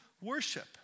worship